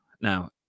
now